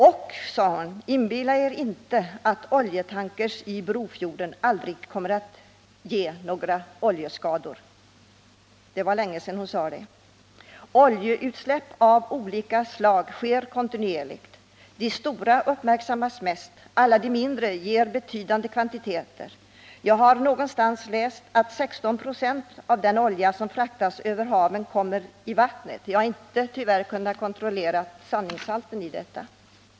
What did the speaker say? Och inbilla er inte att oljetankrar i Brofjorden aldrig kommer att ge några oljeskador.” Det var länge sedan hon sade detta. Oljeutsläpp av olika slag sker kontinuerligt. De stora uppmärksammas mest. Alla de mindre gäller tillsammans betydande kvantiteter olja. Jag har någonstans läst att 16 26 av den olja som fraktas över haven hamnar i vattnet. Jag har tyvärr inte kunnat kontrollera sanningshalten av denna uppgift.